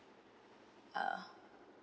ah